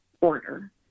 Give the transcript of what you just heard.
order